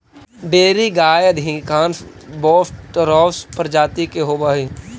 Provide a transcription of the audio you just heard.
dairy गाय अधिकांश Bos taurus प्रजाति के होवऽ हइ